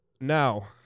Now